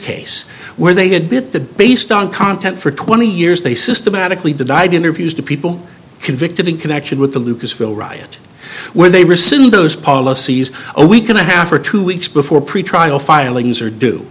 case where they had bit the based on content for twenty years they systematically denied interviews to people convicted in connection with the lucasville riot when they rescind those policies a week and a half or two weeks before a pretrial filings are d